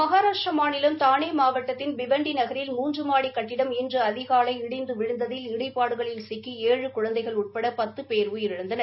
மகாராஷ்டிரா மாநிலம் தானே மாவட்டத்தின் பிவண்டி நகரில் மூன்று மாடி கட்டிடம் இன்று அதிகாலை இடிந்து விழுந்ததில் இடிபாடுகளில் சிக்கி ஏழு குழந்தைகள் உட்பட பத்து பேர் உயிரிழந்தனர்